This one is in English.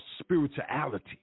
spirituality